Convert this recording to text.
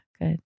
good